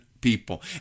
people